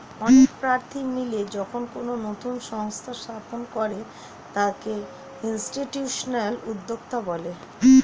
অনেক প্রার্থী মিলে যখন কোনো নতুন সংস্থা স্থাপন করে তাকে ইনস্টিটিউশনাল উদ্যোক্তা বলে